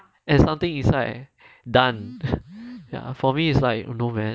and something inside done for me it's like no man